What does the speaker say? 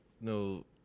No